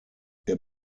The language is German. der